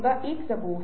अब यह सफेद झूठ है